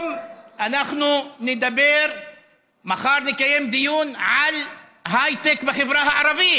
היום אנחנו נדבר ומחר נקיים דיון על הייטק בחברה הערבית.